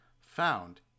found